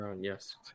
Yes